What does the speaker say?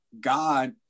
God